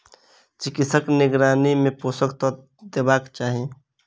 चिकित्सकक निगरानी मे पोषक तत्व देबाक चाही